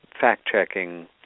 fact-checking